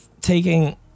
taking